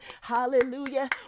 Hallelujah